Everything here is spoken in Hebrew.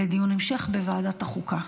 לדיון המשך בוועדת החוקה.